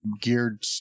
geared